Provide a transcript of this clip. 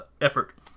effort